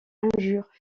injures